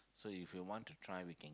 so if you want to try we can